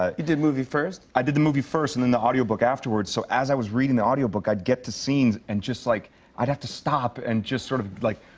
ah you did movie first? i did the movie first and then the audio book afterwards. so as i was reading the audio book, i'd get to scenes and just like i'd have to stop and just sort of, like,